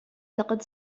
لقد